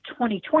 2020